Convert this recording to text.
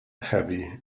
heavy